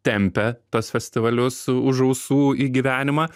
tempia tuos festivalius už ausų į gyvenimą